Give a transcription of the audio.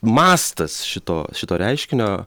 mastas šito šito reiškinio